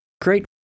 Great